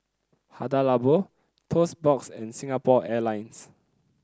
Hada Labo Toast Box and Singapore Airlines